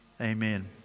amen